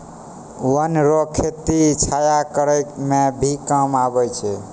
वन रो खेती छाया करै मे भी काम आबै छै